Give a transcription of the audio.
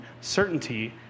Certainty